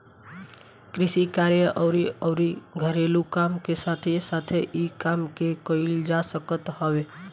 कृषि कार्य अउरी अउरी घरेलू काम के साथे साथे इ काम के कईल जा सकत हवे